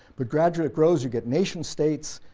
but gradually it grows. you get nation states,